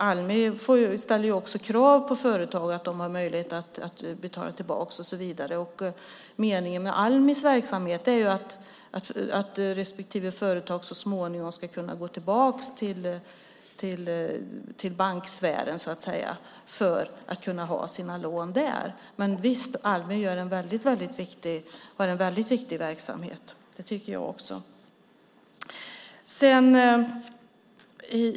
Almi ställer krav på företag att de ska ha möjlighet att betala tillbaka. Meningen med Almis verksamhet är att respektive företag så småningom ska kunna gå tillbaka till banksfären för att kunna ha sina lån där. Men visst är Almis verksamhet mycket viktig.